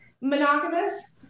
monogamous